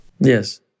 Yes